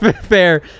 fair